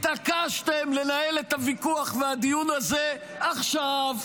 התעקשתם לנהל את הוויכוח והדיון הזה עכשיו,